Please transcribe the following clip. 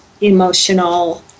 emotional